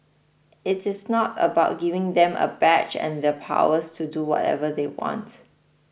it is not about giving them a badge and the powers to do whatever they want